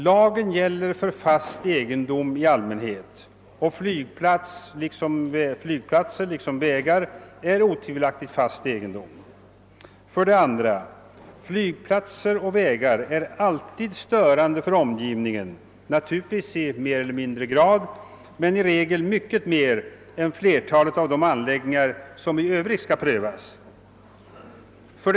Lagen gäller för fast egendom i alimänhet, och flygplatser är liksom vägar otvivelaktigt fast egendom. 2. Flygplatser och vägar är alltid störande för omgivningen, naturligtvis mer eller mindre, men i regel mycket mer än flertalet av de övriga anläggningar som skall prövas. 3.